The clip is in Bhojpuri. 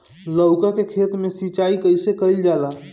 लउका के खेत मे सिचाई कईसे कइल जाला?